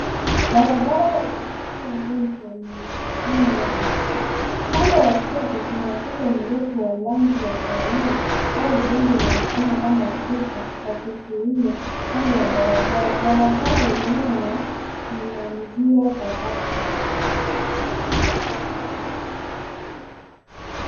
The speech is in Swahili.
Barabara yenye shughuli nyingi yenye miundo ya mjini. Upande wa kushoto kuna ukuta mdogo wa rangi ya kahawia au udongo unaonekana kama ukuta wa kuzuia barabara. Barabara yenyewe ina njia kadhaa.